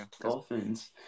Dolphins